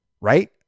Right